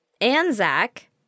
ANZAC